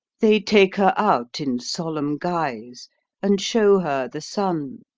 they take her out in solemn guise and show her the sun,